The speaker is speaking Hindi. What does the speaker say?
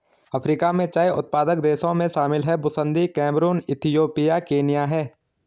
अफ्रीका में चाय उत्पादक देशों में शामिल हैं बुसन्दी कैमरून इथियोपिया केन्या है